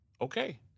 okay